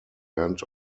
end